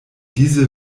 diese